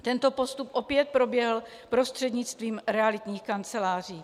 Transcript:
Tento postup opět proběhl prostřednictvím realitních kanceláří.